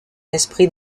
esprit